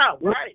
right